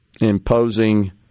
imposing